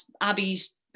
Abby's